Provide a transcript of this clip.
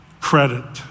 credit